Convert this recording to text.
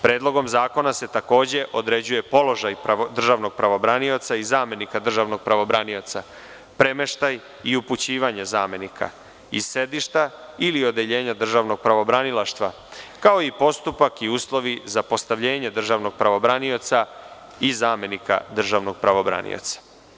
Predlogom zakona se takođe određuje položaj državnog pravobranioca i zamenika državnog pravobranioca, premeštaj i upućivanje zamenika iz sedišta ili odeljenja državnog pravobranilaštva, kao i postupak i uslovi za postavljenje državnog pravobranioca i zamenika državnog pravobranioca.